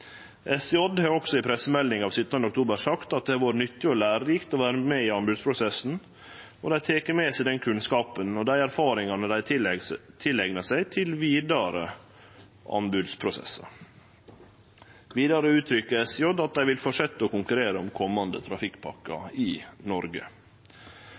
SJ har også i pressemelding av 17. oktober sagt at det har vore nyttig og lærerikt å vere med i anbodsprosessen, og at dei tek med seg den kunnskapen og dei erfaringane dei har tileigna seg, til vidare anbodsprosessar. Vidare gjev SJ uttrykk for at dei vil fortsetje å konkurrere om